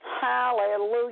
Hallelujah